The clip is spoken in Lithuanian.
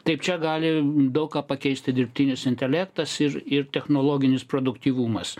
taip čia gali daug ką pakeisti dirbtinis intelektas ir ir technologinis produktyvumas